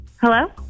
Hello